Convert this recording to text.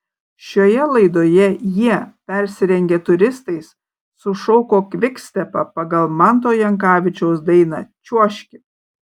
šioje laidoje jie persirengę turistais sušoko kvikstepą pagal manto jankavičiaus dainą čiuožki